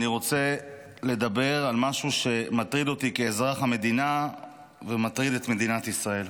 אני רוצה לדבר על משהו שמטריד אותי כאזרח המדינה ומטריד את מדינת ישראל,